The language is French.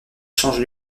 change